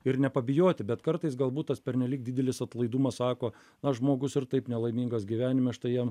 ir nepabijoti bet kartais galbūt tas pernelyg didelis atlaidumas sako aš žmogus ir taip nelaimingas gyvenime štai jam